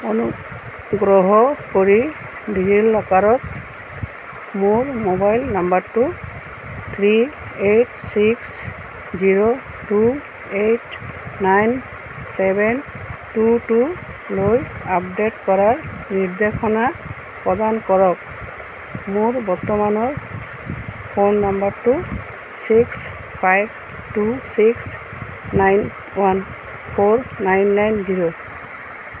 অনুগ্ৰহ কৰি ডিজি লকাৰত মোৰ মোবাইল নাম্বাৰটো three eight six zero two eight nine seven two টুলৈ আপডেট কৰাৰ নিৰ্দেশনা প্ৰদান কৰক মোৰ বৰ্তমানৰ ফোন নাম্বাৰটো six five two six nine one four nine nine zero